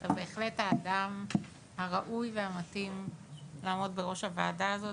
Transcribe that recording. אתה בהחלט האדם הראוי והמתאים לעמוד בראש הוועדה הזאת.